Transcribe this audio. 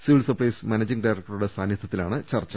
civil supplies managing ഡയറക്ടറുടെ സാന്നിദ്ധ്യത്തിലാണ് ചർ ച